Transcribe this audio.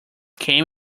came